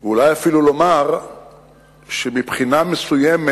ואולי אפילו לומר שמבחינה מסוימת,